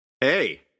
hey